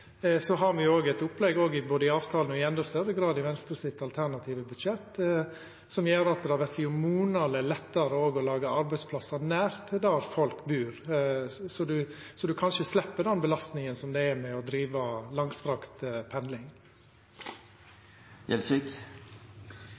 Så har me òg eit opplegg både i avtalen og i endå større grad i Venstres alternative budsjett som gjer at det vert monaleg lettare å laga arbeidsplassar nær der folk bur, slik at ein kanskje slepp den belastninga det er å driva langstrekt pendling.